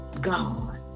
God